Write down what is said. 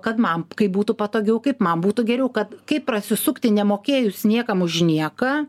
kad man kaip būtų patogiau kaip man būtų geriau kad kaip prasisukti nemokėjus niekam už nieką